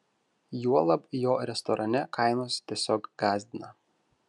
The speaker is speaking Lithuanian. juolab jo restorane kainos tiesiog gąsdina